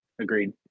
Agreed